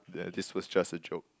that this was just a joke